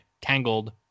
Tangled